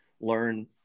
learn